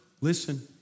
listen